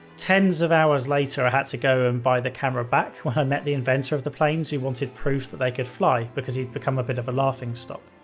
tens of hours later, i had to go and buy the camera back when i met the inventor of the planes who wanted proof that they could fly because he'd become a bit of a laughing stock.